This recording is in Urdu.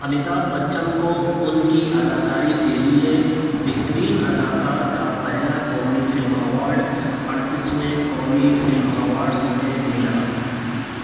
امیتابھ بچن کو ان کی اداکاری کے لیے بہترین اداکار کا پہلا قومی فلم ایوارڈ اڑتیسویں قومی فلم ایواڈز میں ملا